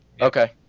okay